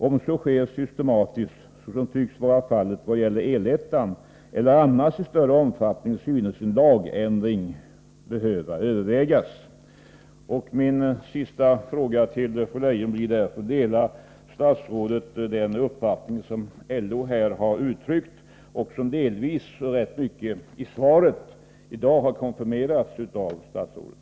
Om så sker systematiskt, såsom tycks vara fallet vad gäller Elettan, eller annars i större omfattning synes en lagändring behöva övervägas.” Min sista fråga till fru Leijon blir därför: Delar statsrådet den uppfattning som NO här har uttryckt och som i svaret i dag delvis har konfirmerats av statsrådet?